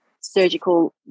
surgical